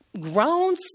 grown